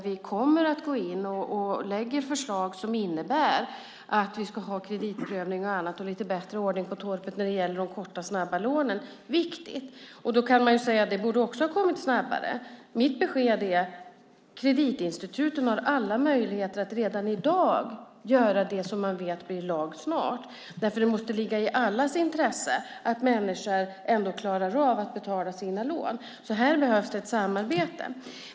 Vi kommer att gå in och lägga fram förslag som innebär att vi ska ha kreditprövning och annat och lite bättre ordning på torpet när det gäller de korta snabba lånen. Det är viktigt. Då kan man säga att det också borde ha kommit snabbare. Mitt besked är: Kreditinstituten har alla möjligheter att redan i dag göra det som man vet snart blir lag. Det måste ligga i allas intresse att människor klarar av att betala sina lån, så här behövs det ett samarbete.